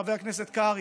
חבר הכנסת קרעי,